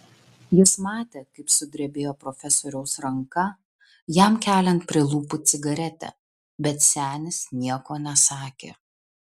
jis matė kaip sudrebėjo profesoriaus ranka jam keliant prie lūpų cigaretę bet senis nieko nesakė